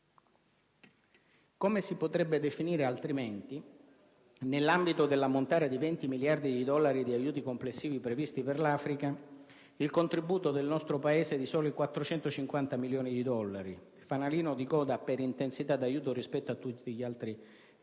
Come si potrebbe definire altrimenti, nell'ambito dell'ammontare di 20 miliardi di dollari di aiuti complessivi previsti per l'Africa, il contributo del nostro Paese di soli 450 milioni di dollari, fanalino di coda per intensità d'aiuto rispetto a tutti gli altri Paesi